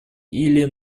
или